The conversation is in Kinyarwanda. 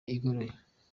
igoroye